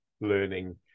learning